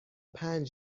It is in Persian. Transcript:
پنج